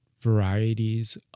varieties